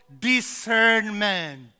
discernment